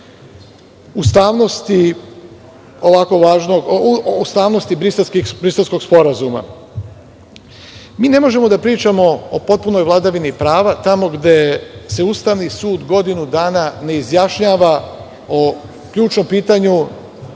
ustavnosti Briselskog sporazuma. Mi ne možemo da pričamo o potpunoj vladavini prava tamo gde se Ustavni sud godinu dana ne izjašnjava o ključnom pitanju